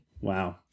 Wow